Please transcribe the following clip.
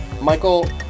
Michael